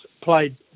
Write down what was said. played